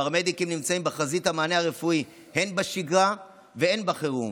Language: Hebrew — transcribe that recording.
הפרמדיקים נמצאים בחזית המענה הרפואי הן בשגרה והן בחירום,